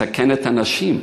מסכנת אנשים,